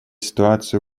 ситуацию